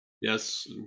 Yes